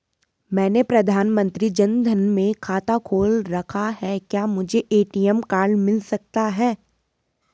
मैंने प्रधानमंत्री जन धन में खाता खोल रखा है क्या मुझे ए.टी.एम कार्ड मिल सकता है?